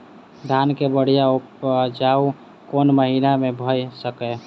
धान केँ बढ़िया उपजाउ कोण महीना मे भऽ सकैय?